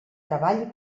treball